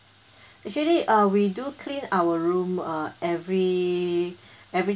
actually uh we do clean our room uh every every